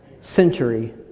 Century